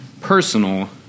personal